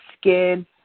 skin